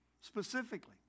specifically